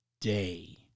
day